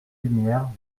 lumière